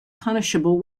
punishable